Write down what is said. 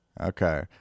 Okay